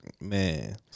Man